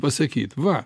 pasakyt va